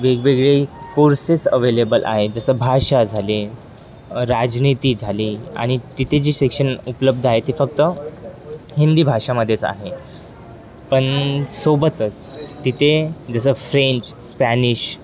वेगवेगळे courses available आहे जसं भाषा झाले राजनीती झाली आणि तिथे जी शिक्षण उपलब्ध आहे ती फक्त हिंदी भाषामध्येच आहे पण सोबतच तिथे जसं फ्रेंच स्पॅनिश